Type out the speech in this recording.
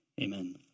amen